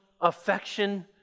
affection